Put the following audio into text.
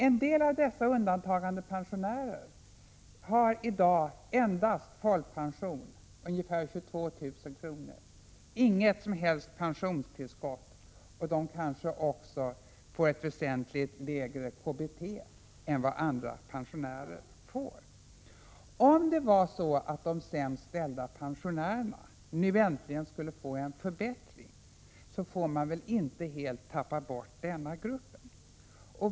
En del av dessa har i dag endast folkpension, ungefär 22 000 kr., och inget som helst pensionstillskott. Kanske får de också ett väsentligt lägre KBT än andra pensionärer. Om de sämst ställda pensionärerna nu äntligen skulle få en förbättring, får man väl inte helt tappa bort denna grupp.